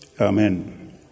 amen